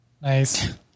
Nice